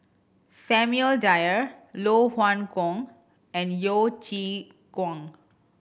Samuel Dyer Loh Hoong Kwan and Yeo Chee Kiong